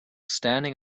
standing